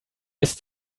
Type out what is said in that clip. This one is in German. ist